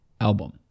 album